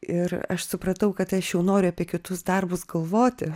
ir aš supratau kad aš jau noriu apie kitus darbus galvoti